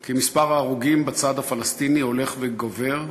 כי מספר ההרוגים בצד הפלסטיני הולך וגובר,